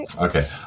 Okay